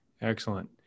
Excellent